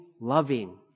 loving